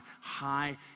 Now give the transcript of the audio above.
high